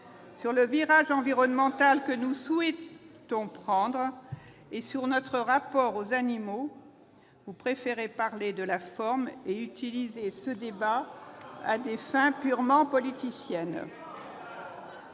du virage environnemental que nous souhaitons prendre et de notre rapport aux animaux, vous préférez parler de la forme et utiliser ce débat à des fins purement politiciennes.